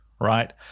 right